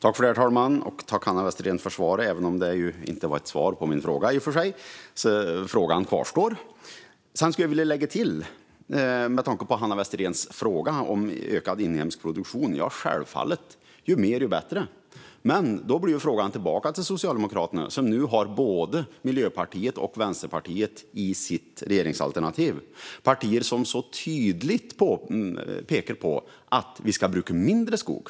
Herr talman! Jag tackar Hanna Westerén för svaret, även om det inte var ett svar på min fråga. Frågan kvarstår alltså. Som svar på Hanna Westeréns fråga om en ökad inhemsk produktion vill jag säga: Självfallet - ju mer desto bättre! Men då har jag en fråga tillbaka till Socialdemokraterna, som nu har både Miljöpartiet och Vänsterpartiet i sitt regeringsalternativ. Det är partier som mycket tydligt pekar på att vi ska bruka mindre skog.